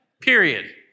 Period